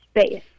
space